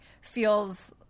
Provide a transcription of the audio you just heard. feels